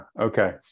okay